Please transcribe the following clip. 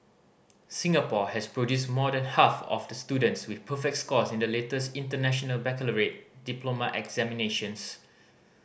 Singapore has produced more than half of the students with perfect scores in the latest International Baccalaureate diploma examinations